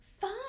fun